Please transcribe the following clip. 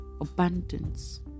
abundance